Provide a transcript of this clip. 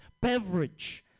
beverage